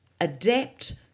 adapt